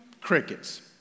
Crickets